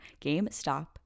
GameStop